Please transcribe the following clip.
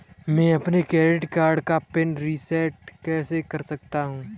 मैं अपने credit card का पिन रिसेट कैसे कर सकता हूँ?